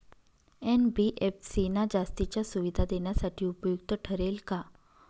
NBFC ना जास्तीच्या सुविधा देण्यासाठी उपयुक्त ठरेल का?